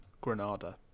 Granada